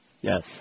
Yes